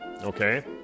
okay